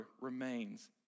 remains